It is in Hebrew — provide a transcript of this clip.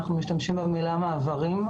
אנחנו משתמשים במילה "מעברים".